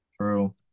True